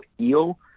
eel